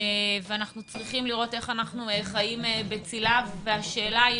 ואנחנו צריכים לראות איך אנחנו חיים בצילה והשאלה היא